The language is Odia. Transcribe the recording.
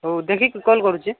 ହଉ ଦେଖିକି କଲ୍ କରୁଛି